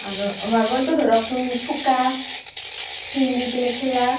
আৰু মাৰ্বলটো ধৰকচোন থোকা চিন দি পিনে খেলা